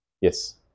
Yes